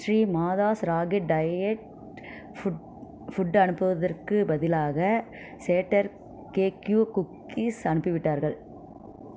Srimathas ragi diet food food அனுப்புவதற்குப் பதிலாக சேட்டர் கேக்யூ குக்கீஸ் அனுப்பிவிட்டார்கள்